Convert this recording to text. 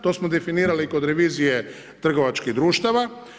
To smo definirali kod revizije trgovačkih društava.